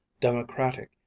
democratic